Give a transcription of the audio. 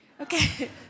Okay